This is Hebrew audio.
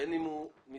בין אם הוא משרד,